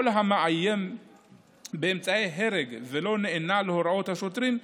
כל המאיים באמצעי הרג ולא נענה להוראות השוטרים,